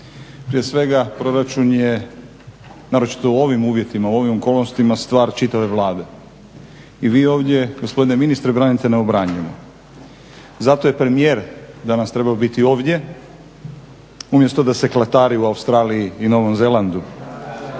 Prije svega proračun je naročito u ovim uvjetima u ovim okolnostima stvar čitave Vlade i vi ovdje gospodine ministre branite neobranjivo. Zato je premijer danas trebao biti ovdje umjesto da se klatari u Australiji i u Novom Zelandu,